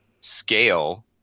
scale